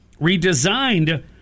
redesigned